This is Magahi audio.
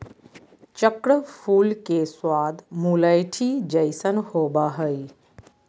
चक्र फूल के स्वाद मुलैठी जइसन होबा हइ